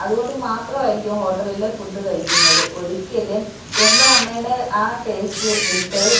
അതുകൊണ്ട് മാത്രമായിരിക്കും ഹോട്ടൽലെ ഫുഡ്ഡ് കഴിക്കുന്നത് ഒരിക്കലും സ്വന്തം അമ്മയുടെ ആ ടേസ്റ്റ് വിട്ട്